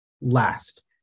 last